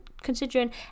considering